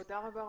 תודה רבה,